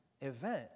event